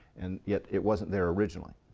and yet it wasn't there originally.